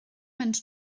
mynd